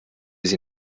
sie